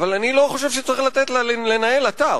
אגב, אבל אני לא חושב שצריך לתת לה לנהל אתר,